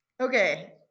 Okay